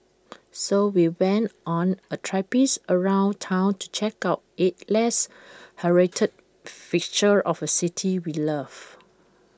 so we went on A traipse around Town to check out eight less heralded fixtures of A city we love